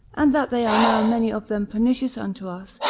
and that they are now many of them pernicious unto us,